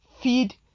feed